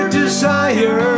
desire